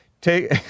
Take